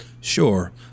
Sure